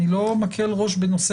אני לא מקל ראש בנושא